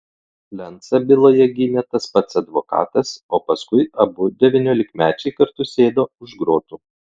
lencą byloje gynė tas pats advokatas o paskui abu devyniolikmečiai kartu sėdo už grotų